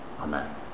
amen